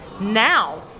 now